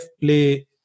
Play